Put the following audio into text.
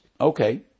Okay